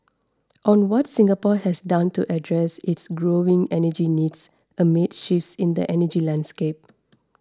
on what Singapore has done to address its growing energy needs amid shifts in the energy landscape